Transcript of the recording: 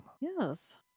Yes